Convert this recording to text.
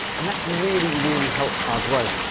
and that's really, really, helped our growth.